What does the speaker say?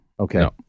Okay